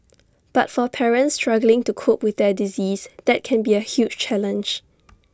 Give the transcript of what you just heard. but for parents struggling to cope with their disease that can be A huge challenge